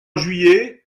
juillet